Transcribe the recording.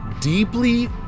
deeply